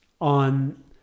on